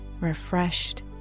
refreshed